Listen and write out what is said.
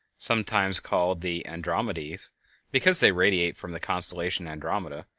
sometimes called the andromedes because they radiate from the constellation andromeda,